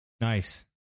Nice